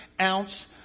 ounce